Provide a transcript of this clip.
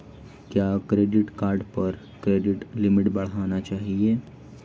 क्या credit card पर credit limit बढ़ानी चाहिए?